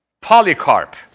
Polycarp